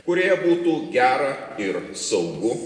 kurioje būtų gera ir saugu